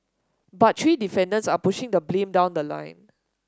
but three defendants are pushing the blame down the line